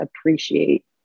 appreciate